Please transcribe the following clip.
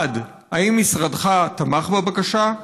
1. האם משרדך תמך בבקשה?